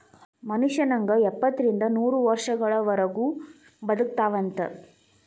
ಮನುಷ್ಯ ನಂಗ ಎಪ್ಪತ್ತರಿಂದ ನೂರ ವರ್ಷಗಳವರಗು ಬದಕತಾವಂತ